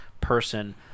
person